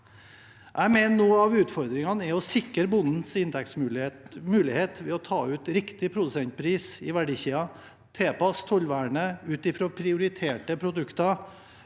Jeg mener noe av utfordringen er å sikre bondens inntektsmuligheter ved å ta ut riktig produsentpris i verdikjeden, tilpasse tollvernet ut fra prioriterte produkter,